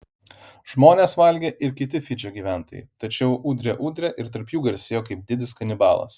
žmones valgė ir kiti fidžio gyventojai tačiau udre udre ir tarp jų garsėjo kaip didis kanibalas